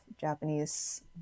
japanese